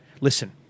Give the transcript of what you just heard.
Listen